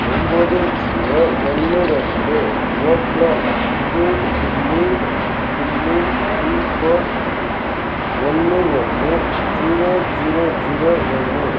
ஒன்போது ஜீரோ ஒன்று ரெண்டு ஓக் லோன் புது டில்லி டில்லி பின்கோடு ஒன்று ஒன்று ஜீரோ ஜீரோ ஜீரோ ஒன்று